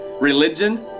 religion